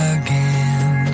again